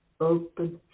open